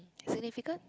significance